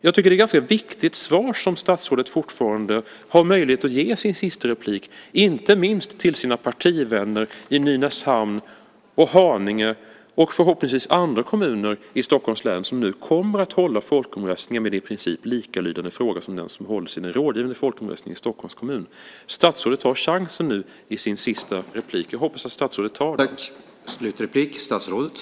Det är ett viktigt svar som statsrådet fortfarande har möjlighet att ge i sitt sista inlägg, inte minst till sina partivänner i Nynäshamn, Haninge och förhoppningsvis andra kommuner i Stockholms län som nu kommer att hålla folkomröstningar med den i princip likalydande fråga som den som ställs i den rådgivande folkomröstningen i Stockholms kommun. Statsrådet har chansen nu i sitt sista inlägg. Jag hoppas att statsrådet tar den.